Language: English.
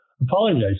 apologize